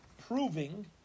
proving